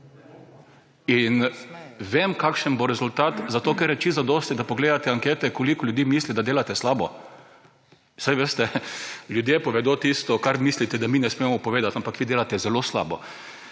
In vem, kakšen bo rezultat, zato ker je čisto zadosti, da pogledate ankete, koliko ljudi misli, da delate slabo. Saj veste, ljudje povedo tisto, kar mislite, da mi ne smemo povedati, ampak vi delate zelo slabo.